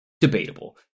Debatable